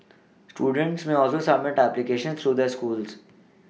students may also submit applications through their schools